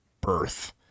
birth